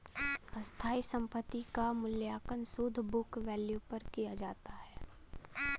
स्थायी संपत्ति क मूल्यांकन शुद्ध बुक वैल्यू पर किया जाता है